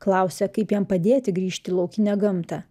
klausia kaip jam padėti grįžti į laukinę gamtą